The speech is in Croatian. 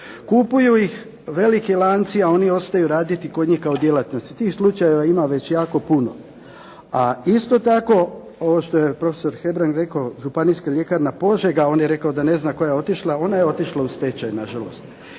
Kupuju ih veliki lanci a oni ostaju raditi kod njih kao djelatnici. Tih slučajeva ima već jako puno. A isto tako, ovo što je profesor Hebrang rekao županijska ljekarna Požega, on je rekao da ne zna koja je otišla, ona je otišla u stečaj nažalost.